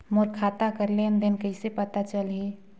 मोर खाता कर लेन देन कइसे पता चलही?